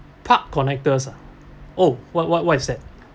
park connectors ah oh what what what is that